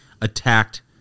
attacked